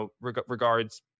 regards